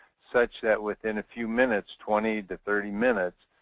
such that within a few minutes, twenty thirty minutes,